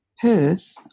perth